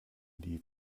die